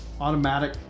automatic